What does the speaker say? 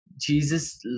Jesus